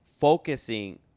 focusing